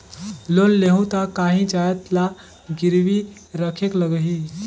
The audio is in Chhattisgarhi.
लोन लेहूं ता काहीं जाएत ला गिरवी रखेक लगही?